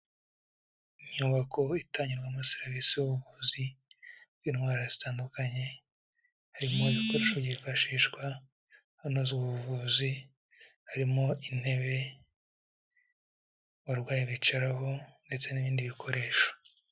Inyubako itangirwamo serivisi z'ubuvuzi bw'indwara zitandukanye, harimo ibikoresho byifashishwa hanozwa ubuvuzi, harimo intebe abarwayi bicaraho ndetse n'ibindi bikoresho.